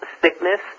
sickness